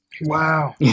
Wow